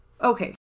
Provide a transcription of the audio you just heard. Okay